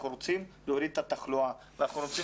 אנחנו רוצים להוריד את התחלואה ואנחנו רוצים